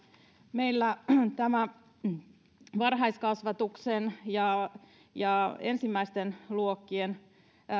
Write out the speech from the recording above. meillä näiden varhaiskasvatuksen ja ja ensimmäisten luokkien